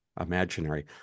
imaginary